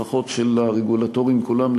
לפחות של הרגולטורים כולם,